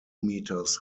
meters